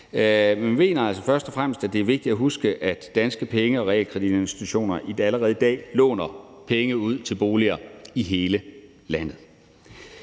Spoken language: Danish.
Men vi mener altså først og fremmest, at det er vigtigt at huske, at danske penge- og realkreditinstitutioner allerede i dag låner penge ud til boliger i hele landet.